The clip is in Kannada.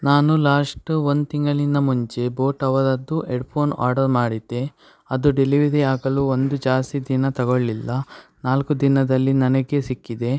ನಾನು ಲಾಷ್ಟು ಒಂದು ತಿಂಗಳಿನ ಮುಂಚೆ ಬೋಟ್ ಅವರದ್ದು ಎಡ್ಫೋನ್ ಆರ್ಡರ್ ಮಾಡಿದ್ದೆ ಅದು ಡಿಲಿವಿರಿ ಆಗಲು ಒಂದು ಜಾಸ್ತಿ ದಿನ ತಗೊಳ್ಳಲಿಲ್ಲ ನಾಲ್ಕು ದಿನದಲ್ಲಿ ನನಗೆ ಸಿಕ್ಕಿದೆ